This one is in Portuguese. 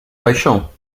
paixão